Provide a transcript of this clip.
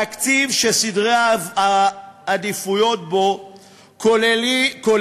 תקציב שסדרי העדיפויות בו כוללים